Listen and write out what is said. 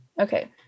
Okay